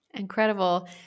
Incredible